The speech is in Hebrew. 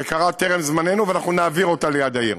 זה קרה טרם זמננו, ואנחנו נעביר אותה ליד העיר,